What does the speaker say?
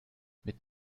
mit